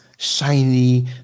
shiny